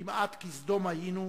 "כמעט כסדום היינו",